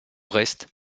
reste